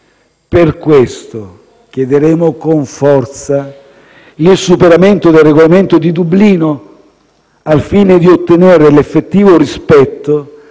Per questo chiederemo con forza il superamento del Regolamento di Dublino al fine di ottenere l'effettivo rispetto